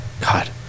God